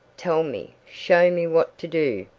tell me, show me what to do.